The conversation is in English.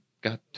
got